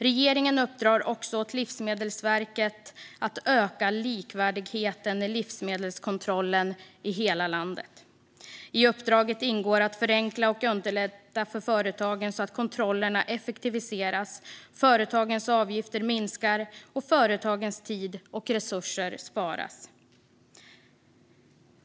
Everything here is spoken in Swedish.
Regeringen uppdrar också åt Livsmedelsverket att öka likvärdigheten i livsmedelskontrollen i hela landet. I uppdraget ingår att förenkla och underlätta för företagen så att kontrollerna effektiviseras, företagens avgifter minskar och företagens tid och resurser sparas.